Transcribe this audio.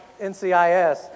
NCIS